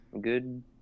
good